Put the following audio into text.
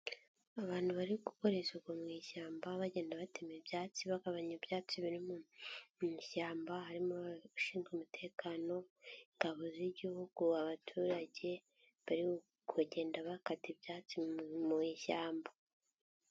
Abantu bari gukora isuku mu ishyamba, bagenda batema ibyatsi, bagabanya ibyatsi biri mu ishyamba, harimo abashinzwe umutekano, ingabo z'Igihugu, abaturage, bari kugenda bakata ibyatsi mu ishyamba.